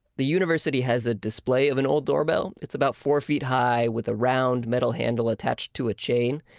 the university has a display of an old doorbell. it's about four feet high with a round middle handle attached to a chain.